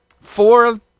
four